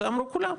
את זה אמרו כולם.